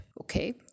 okay